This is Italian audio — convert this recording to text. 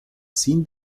sin